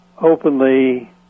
openly